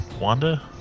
Wanda